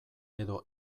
edo